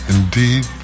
Indeed